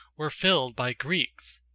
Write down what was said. were filled by greeks.